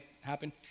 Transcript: happen